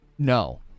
No